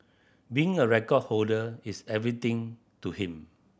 being a record holder is everything to him